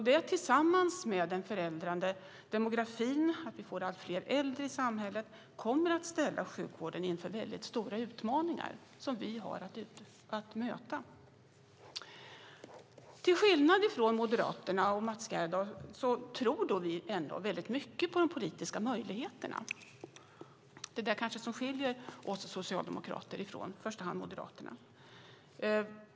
Det tillsammans med den förändrade demografin, att vi får allt fler äldre i samhället, kommer att ställa sjukvården inför väldigt stora utmaningar. Till skillnad från Moderaterna och Mats Gerdau tror vi mycket på de politiska möjligheterna. Det är kanske det som skiljer oss socialdemokrater från i första hand Moderaterna.